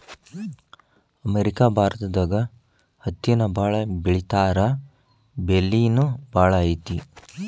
America ಭಾರತದಾಗ ಹತ್ತಿನ ಬಾಳ ಬೆಳಿತಾರಾ ಬೆಲಿನು ಬಾಳ ಐತಿ